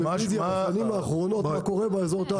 טלוויזיה, בשנים האחרונות מה קורה באזור התעשייה?